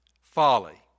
Folly